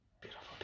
beautiful